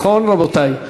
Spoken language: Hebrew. נכון, רבותי?